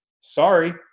sorry